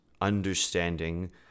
understanding